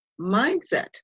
mindset